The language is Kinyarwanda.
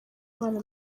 kubana